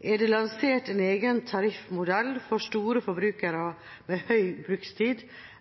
er det lansert en egen tariffmodell for store forbrukere med høy brukstid,